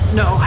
no